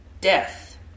death